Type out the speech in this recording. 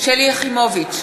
שלי יחימוביץ,